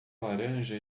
laranja